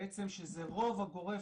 בעצם שזה הרוב הגורף,